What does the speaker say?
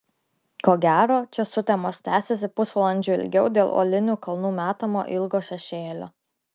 ko gero čia sutemos tęsiasi pusvalandžiu ilgiau dėl uolinių kalnų metamo ilgo šešėlio